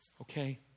Okay